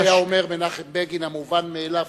על כך היה אומר מנחם בגין: המובן מאליו,